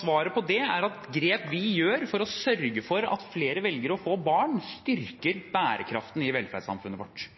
Svaret på det er at grep vi gjør for å sørge for at flere velger å få barn, styrker bærekraften i velferdssamfunnet vårt.